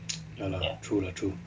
ya lah true lah true